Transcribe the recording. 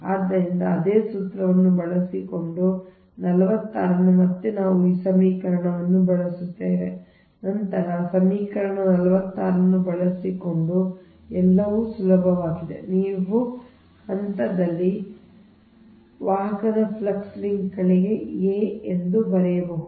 ಆದ್ದರಿಂದ ಅದೇ ಸೂತ್ರವನ್ನು ಬಳಸಿಕೊಂಡು ಈ 46 ಅನ್ನು ಮತ್ತೆ ನಾವು ಈ ಸಮೀಕರಣವನ್ನು ಬಳಸುತ್ತೇವೆ ನಂತರ ಈ ಸಮೀಕರಣ 46 ಅನ್ನು ಬಳಸಿಕೊಂಡು ಎಲ್ಲವೂ ಸುಲಭವಾಗಿದೆ ನೀವು ಹಂತದಲ್ಲಿ ವಾಹಕದ ಫ್ಲಕ್ಸ್ ಲಿಂಕ್ಗಳಿಗೆ a ಎಂದು ಬರೆಯಬಹುದು